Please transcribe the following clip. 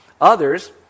Others